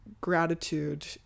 gratitude